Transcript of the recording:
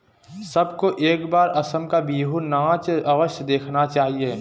सबको एक बार असम का बिहू नाच अवश्य देखना चाहिए